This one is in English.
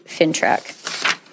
FinTrack